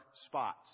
spots